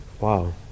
Wow